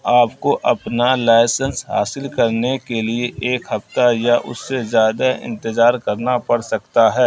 آپ کو اپنا لائسنس حاصل کرنے کے لیے ایک ہفتہ یا اس سے زیادہ انتظار کرنا پڑ سکتا ہے